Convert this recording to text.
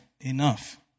Enough